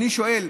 ואני שואל: